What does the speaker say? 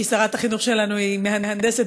כי שרת המשפטים שלנו היא מהנדסת,